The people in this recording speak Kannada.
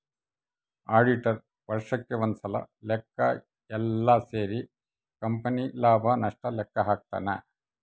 ಆಡಿಟರ್ ವರ್ಷಕ್ ಒಂದ್ಸಲ ಲೆಕ್ಕ ಯೆಲ್ಲ ಸೇರಿ ಕಂಪನಿ ಲಾಭ ನಷ್ಟ ಲೆಕ್ಕ ಹಾಕ್ತಾನ